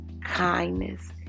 kindness